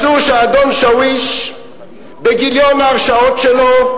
מצאו שהאדון שוויש, בגיליון ההרשעות שלו,